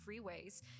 freeways